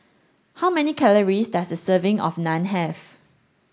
how many calories does a serving of Naan have